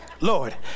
Lord